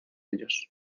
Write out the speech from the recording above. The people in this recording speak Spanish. ellos